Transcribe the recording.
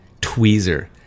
Tweezer